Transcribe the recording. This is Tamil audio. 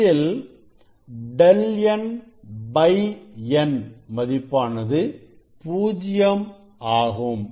இதில் ẟn n மதிப்பானது பூஜ்யம் ஆகும்